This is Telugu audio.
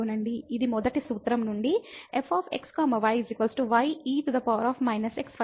ఇది మొదటి సూత్రం నుండి f x y ye x function యొక్క సాధారణ పాయింట్